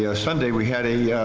yeah sunday we had. a